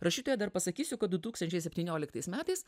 rašytoją dar pasakysiu kad du tūkstančiai septynioliktais metais